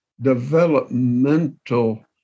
developmental